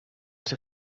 ser